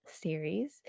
series